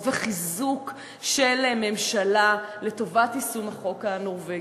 וחיזוק של ממשלה לטובת יישום החוק הנורבגי.